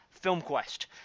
FilmQuest